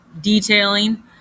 detailing